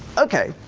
okay,